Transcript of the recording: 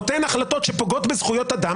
בית המשפט העליון נותן החלטות שפוגעות בזכויות אדם